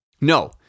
No